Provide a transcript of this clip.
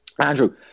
Andrew